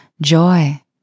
joy